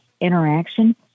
interaction